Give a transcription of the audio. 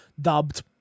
dubbed